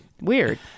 Weird